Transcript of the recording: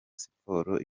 siporo